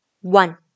one